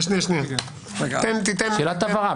שאלת הבהרה.